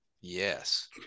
yes